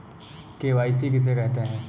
KYC किसे कहते हैं?